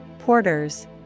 Porters